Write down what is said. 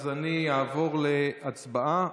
אז אני אעבור להצבעה.